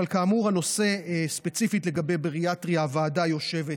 אבל כאמור, ספציפית לגבי בריאטריה, הוועדה יושבת,